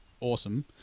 awesome